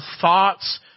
thoughts